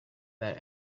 that